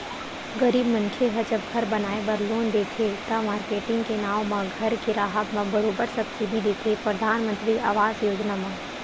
गरीब मनखे ह जब घर बनाए बर लोन देथे त, मारकेटिंग के नांव म घर के राहब म बरोबर सब्सिडी देथे परधानमंतरी आवास योजना म